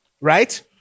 right